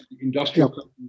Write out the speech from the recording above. Industrial